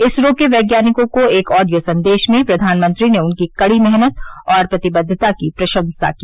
इसरो के वैज्ञानिकों को एक ऑडियो संदेश में प्रधानमंत्री ने उनकी कड़ी मेहनत और प्रतिबद्वता की प्रशंसा की